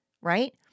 Right